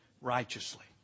righteously